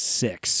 six